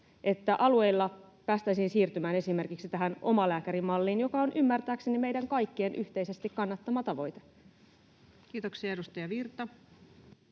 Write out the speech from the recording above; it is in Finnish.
alueilla päästäisiin siirtymään esimerkiksi tähän omalääkärimalliin, joka on ymmärtääkseni meidän kaikkien yhteisesti kannattama tavoite? [Speech 38] Speaker: